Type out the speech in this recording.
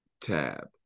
tab